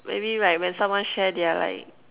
maybe like when someone share their like